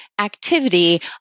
activity